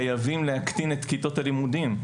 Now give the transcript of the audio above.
חייבים להקטין את כיתות הלימודים.